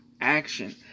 action